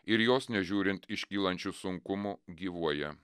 ir jos nežiūrint iškylančių sunkumų gyvuoja